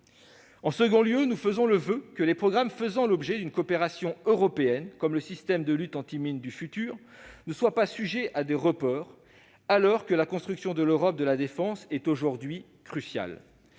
En second lieu, nous formons le voeu que les programmes faisant l'objet d'une coopération européenne, comme le système de lutte anti-mines du futur (Slamf), ne soient pas sujets à des reports, à l'heure où la construction de l'Europe de la défense est un enjeu crucial.